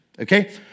Okay